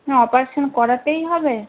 হ্যাঁ অপারেশান করাতেই হবে